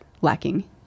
lacking